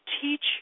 teach